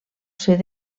ser